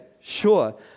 sure